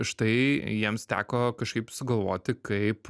štai jiems teko kažkaip sugalvoti kaip